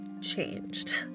changed